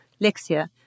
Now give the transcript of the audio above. lexia